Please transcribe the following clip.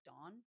on